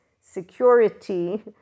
security